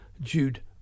Jude